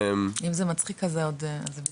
אם זה מצחיק, אז זה עוד בסדר.